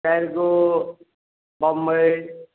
चारिगो बम्बइ